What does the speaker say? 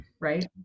right